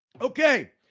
Okay